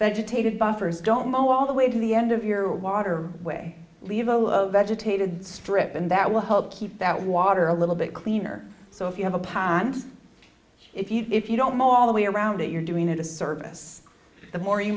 vegetated buffers domo all the way to the end of your water way leave all of vegetated strip and that will help keep that water a little bit cleaner so if you have a pond if you if you don't know all the way around it you're doing a disservice the more you